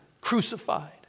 crucified